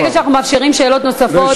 ברגע שאנחנו מאפשרים שאלות נוספות,